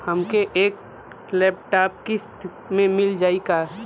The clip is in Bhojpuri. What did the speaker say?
हमके एक लैपटॉप किस्त मे मिल जाई का?